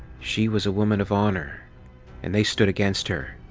she was a woman of honor and they stood against her.